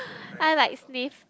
I like sniff